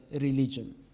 religion